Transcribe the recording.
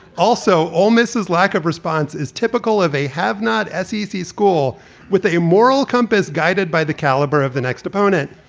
also, all misses lack of response is typical of a have not s e c. school with a moral compass guided by the caliber of the next opponent,